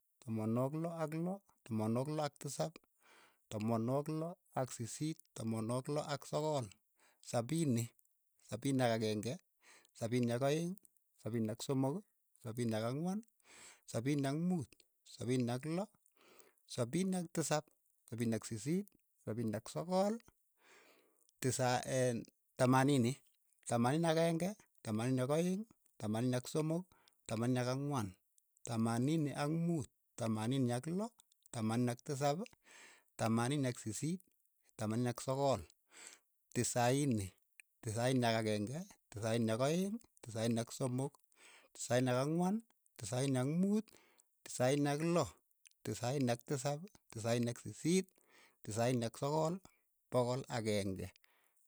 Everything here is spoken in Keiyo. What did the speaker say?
Tamanwogik loo ak loo, tamanwogik loo ak tisap, tamanwogik loo ak sisiit, tamanwogik loo ak sogol, sabini, sabini ak akeng'e, sabini ak aeng', sabin iak somok. sabini tisap ak ang'wan, sabini ak muut. sabini ak loo, sabini ak tisap, sabini ak sisiit. sabini ak sogol. tisa een tamanini, tamanini ak aeng'e, tamanini ak aeng', tamanini ak somok, tamanini ak ang'wan, tamanini ak muut, tamanini ak loo, tamanini ak tisap, tamanini ak sisiit, tamanini ak sogol, tisaini, tisaini ak akeng'e, tisaini ak aeng'. tisaini ak somok, tisaini ak ang'wan, tisaini ak muut, tisaini ak loo. tisaini ak tisap. tisaini ak sisiit, tisaini ak sogol, pogol akeng'e.